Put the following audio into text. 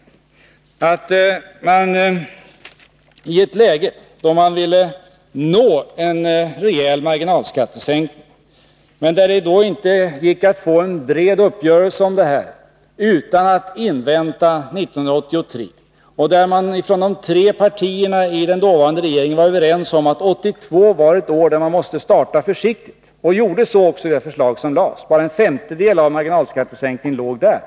Läget var det att man ville åstadkomma en rejäl marginalskattesänkning men att det inte gick att få en bred uppgörelse utan att vänta till 1983. De tre partierna i den dåvarande regeringen var överens om att 1982 var ett år när man måste starta försiktigt, och det gjorde man också i det förslag som framlades. Bara en femtedel av marginalskattesänkningen låg där.